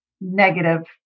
negative